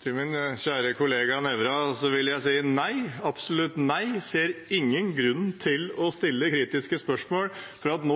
Til min kjære kollega Nævra vil jeg si: Nei – absolutt nei. Jeg ser ingen grunn til å stille kritiske spørsmål ved at